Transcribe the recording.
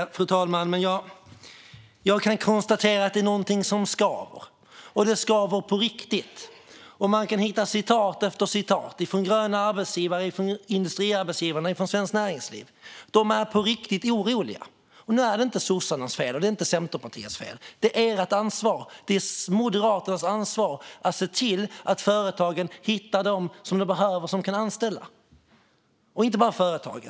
Jag kan konstatera att det är något som skaver, fru talman, och som skaver på riktigt. Man kan hitta citat efter citat från Gröna arbetsgivare, Industriarbetsgivarna och Svenskt Näringsliv. De är på riktigt oroliga. Nej, det är inte sossarnas fel, och det är inte Centerpartiets fel. Det är ert ansvar. Det är Moderaternas ansvar att se till att företagen hittar dem som de behöver så att de kan anställa. Och det gäller inte bara företagen.